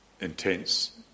intense